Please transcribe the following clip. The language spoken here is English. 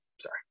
sorry